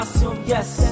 yes